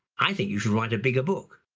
i think you should write a bigger book.